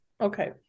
okay